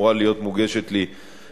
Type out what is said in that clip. ואמורה להיות מוגשת לי בספטמבר.